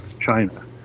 China